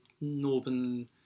Northern